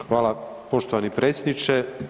Hvala poštovani predsjedniče.